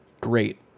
Great